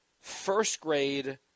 first-grade